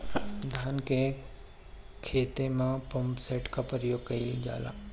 धान के ख़हेते में पम्पसेट का उपयोग कइल जाला?